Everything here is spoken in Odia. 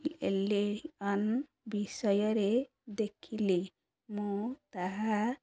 ଏଲିଅନ୍ ବିଷୟରେ ଦେଖିଲି ମୁଁ ତାହା